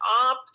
up